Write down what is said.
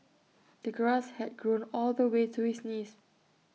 the grass had grown all the way to his knees